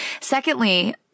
Secondly